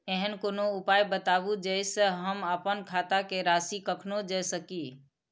ऐहन कोनो उपाय बताबु जै से हम आपन खाता के राशी कखनो जै सकी?